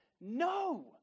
No